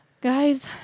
guys